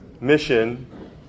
mission